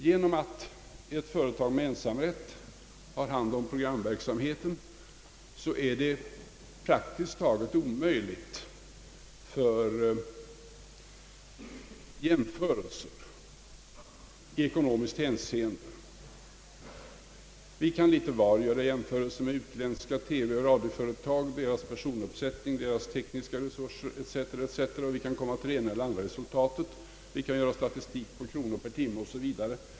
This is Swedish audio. Genom att ett företag med ensamrätt har hand om programverksamheten är det praktiskt taget omöjligt att göra jämförelser i ekonomiskt hänseende. Vi kan litet var göra jämförelser med utländska TV och radioföretag, deras personuppsättning, tekniska resurser etc, och vi kan komma till det ena eller andra resultatet. Vi kan göra statistik på kronor per timme 0. sS. Vv.